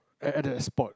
at at the spot